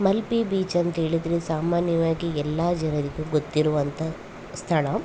Malpe beach ಅಂತ ಹೇಳಿದ್ರೆ ಸಾಮಾನ್ಯವಾಗಿ ಎಲ್ಲ ಜನರಿಗೂ ಗೊತ್ತಿರುವಂಥ ಸ್ಥಳ